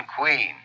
Queen